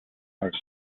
most